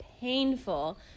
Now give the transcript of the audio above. painful